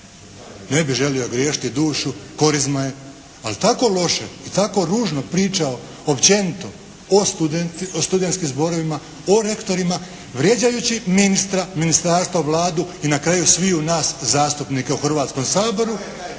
ne bi želio griješiti dušu, korizma je, ali tako loše i tako ružno pričao općenito o studentskim zborovima, o rektorima, vrijeđajući ministra, ministarstvo, Vladu i na kraju sviju nas zastupnika u Hrvatskom saboru,